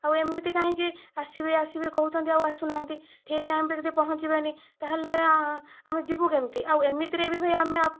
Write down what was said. ଆଉ ଏମିତି କାହିଁକି ଆସିବେ ଆସିବେ କହୁଛନ୍ତି ଆଉ ଆସୁନାହାନ୍ତି ଠିକ୍ ଟାଇମରେ ଯଦି ପହଁଞ୍ଚିବେନି ତାହେଲେ ଆମେ ଯିବୁ କେମିତି ଆଉ ଏମିତିରେ ବି ଭାଇ ଆମେ